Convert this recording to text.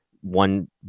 one